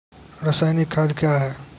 रसायनिक खाद कया हैं?